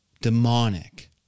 demonic